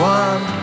one